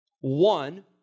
one